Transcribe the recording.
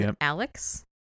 Alex